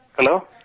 Hello